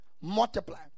multiply